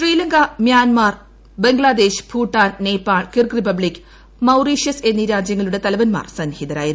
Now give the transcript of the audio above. ശ്രീലങ്കമൃാൻമാർ Bangladesh Bhutan Nepal Kyrgyz Republic Mauritius എന്നീ രാജ്യങ്ങളുടെ തലവൻമാർ സന്നിഹിതരായിരുന്നു